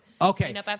Okay